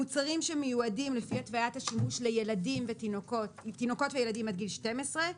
מוצרים שמיועדים לפי התוויית השימוש לתינוקות וילדים עד גיל 12,